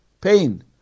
pain